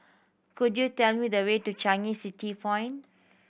could you tell me the way to Changi City Point